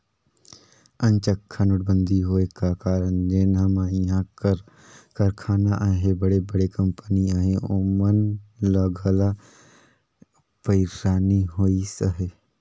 अनचकहा नोटबंदी होए का कारन जेन हमा इहां कर कारखाना अहें बड़े बड़े कंपनी अहें ओमन ल घलो पइरसानी होइस अहे